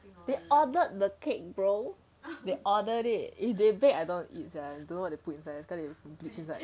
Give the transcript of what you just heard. they ordered the cake bro they order it if they bake I don't want to eat don't know what they put inside later they put some bleach inside